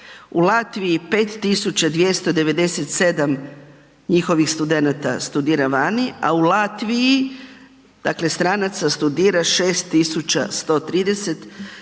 U Latviji 5 297 njihovih studenata studira vani, a u Latviji dakle stranaca studira 6 130,